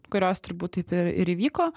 kurios turbūt taip ir ir įvyko